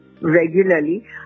regularly